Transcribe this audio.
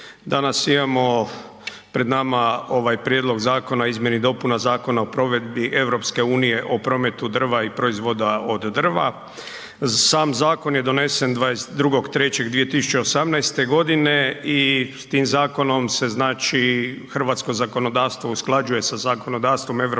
Danas imamo pred nama ovaj Prijedlog zakona o izmjeni i dopuni Zakona o provedbi EU o prometu drva i proizvoda od drva. Sam zakon je donesen 22.3.2018. godine i s tim zakonom se znači hrvatsko zakonodavstvo usklađuje sa zakonodavstvom EU, uvodi